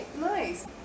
Nice